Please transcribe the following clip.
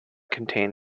contain